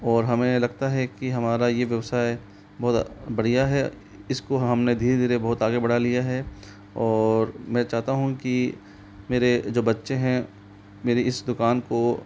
और हमें लगता है कि हमारा ये व्यवसाय बहुत बढ़िया है इसको हमने धीरे धीरे बहुत आगे बढ़ा लिया है और मैं चाहता हूँ कि मेरे जो बच्चे हैं मेरी इस दुकान को